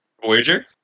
Voyager